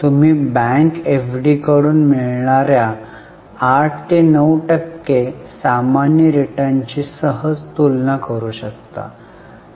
तुम्ही बँक एफडीकडून मिळणाऱ्या 8 9 टक्के सामान्य रिटर्न्सची सहज तुलना करू शकता